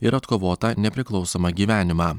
ir atkovotą nepriklausomą gyvenimą